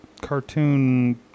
Cartoon